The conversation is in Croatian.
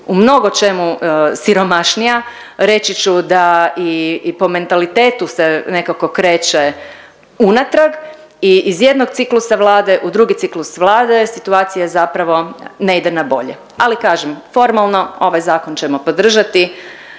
u mnogočemu siromašnija. Reći ću da i po mentalitetu se nekako kreće unatrag i iz jednog ciklusa vlade u drugi ciklus vlade, situacija je zapravo, ne ide na bolje. Ali kažem, formalno, ovaj Zakon ćemo podržati,